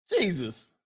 Jesus